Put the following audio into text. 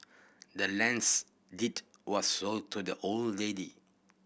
the land's deed was sold to the old lady